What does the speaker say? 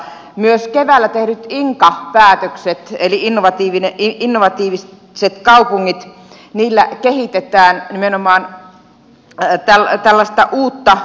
myös keväällä tehdyillä inka päätöksillä innovatiiviset kaupungit kehitetään nimenomaan tällaista uutta osaamista